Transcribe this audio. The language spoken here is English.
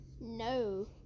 No